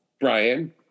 Brian